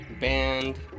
band